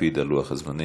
להקפיד על לוח הזמנים.